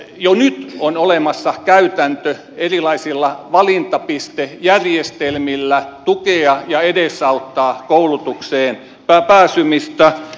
jo nyt on olemassa käytäntö erilaisilla valintapistejärjestelmillä tukea ja edesauttaa koulutukseen pääsemistä